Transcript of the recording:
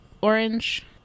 orange